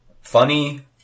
funny